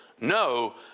no